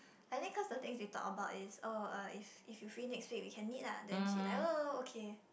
I think cause the things we talk about is oh uh if if you free next week we can meet lah then she like oh okay